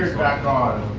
back on.